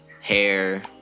hair